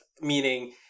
meaning